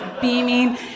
beaming